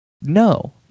No